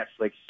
Netflix